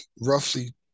roughly